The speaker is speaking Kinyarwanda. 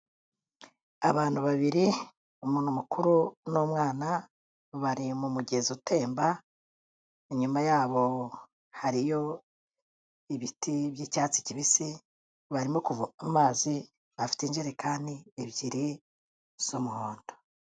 Abantu babiri, umuntu mukuru n'umwana bari mu mugezi utemba, inyuma yabo hariyo ibiti by'icyatsi kibisi, barimo kuvoma amazi, afite injerekani ebyiri z'umuhondo.